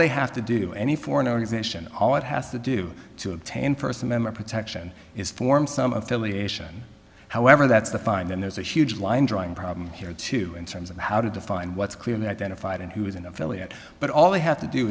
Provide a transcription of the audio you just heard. they have to do any foreign organization all it has to do to obtain first amendment protection is form some affiliation however that's the fine then there's a huge line drawing problem here too in terms of how to define what's clearly identified and who is an affiliate but all they have to do